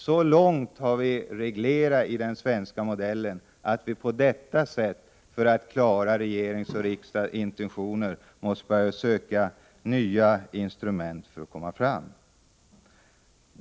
Så långt har vi reglerat i den svenska modellen att vi på detta sätt måste börja söka efter nya instrument för att kunna fullgöra de intentioner som uttalats av regering och riksdag.